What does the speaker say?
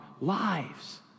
lives